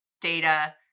data